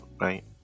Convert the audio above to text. right